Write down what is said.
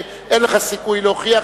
ואין לך סיכוי להוכיח,